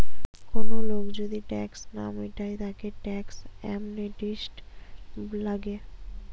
কোন লোক যদি ট্যাক্স না মিটায় তাকে ট্যাক্স অ্যামনেস্টি লাগে